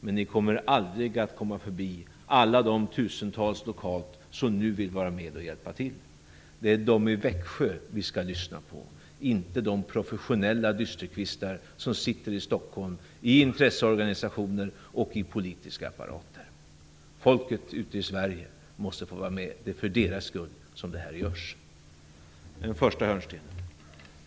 Men ni kommer aldrig att komma förbi alla de människor som på det lokala planet nu vill vara med och hjälpa till. Det är människorna i Växjö som vi skall lyssna på, inte de professionella dysterkvistar som sitter i Stockholm, i intresseorganisationer och i politiska apparater. Folket ute i Sverige måste få vara med. Det är för deras skull som detta görs. Det är den första hörnstenen.